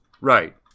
Right